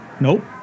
nope